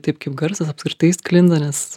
taip kaip garsas apskritai sklinda nes